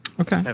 Okay